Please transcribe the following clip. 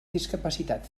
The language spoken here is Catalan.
discapacitat